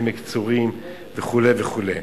בעמק-צורים וכו' וכו'.